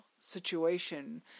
situation